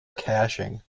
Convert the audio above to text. caching